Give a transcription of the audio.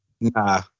Nah